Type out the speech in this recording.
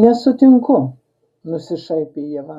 nesutinku nusišaipė ieva